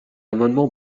amendement